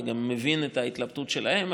אני גם מבין את ההתלבטות שלהם,